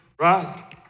right